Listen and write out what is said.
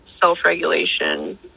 self-regulation